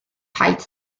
paid